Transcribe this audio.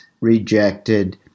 rejected